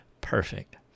perfect